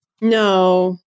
No